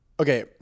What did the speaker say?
Okay